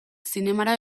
zinemara